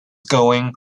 going